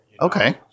Okay